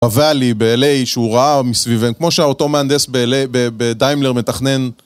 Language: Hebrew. בוואלי ב-LA כשהוא ראה מסביבם, כמו שאותו מהנדס ב-LA בדיימלר מתכנן